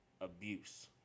abuse